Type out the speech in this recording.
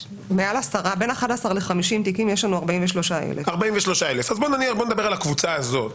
בין 11 ל-50 תיקים יש לנו 43,000. אז נדבר על הקבוצה הזאת,